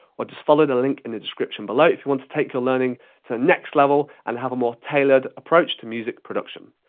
or just follow the link in the description below if you want to take your learning to the next level and have a more tailored approach to music production.